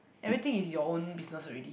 everything is your own business already